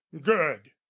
good